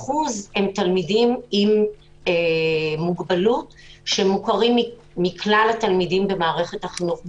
12% הם תלמידים עם מוגבלות שמוכרים מכלל התלמידים במערכת החינוך במדינה.